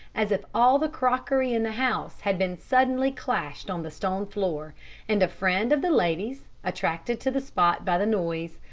as if all the crockery in the house had been suddenly clashed on the stone floor and a friend of the lady's, attracted to the spot by the noise,